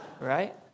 Right